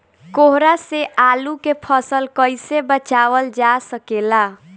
कोहरा से आलू के फसल कईसे बचावल जा सकेला?